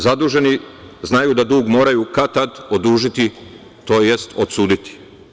Zaduženi znaju da dug moraju kad tad odužiti, tj. odsuditi.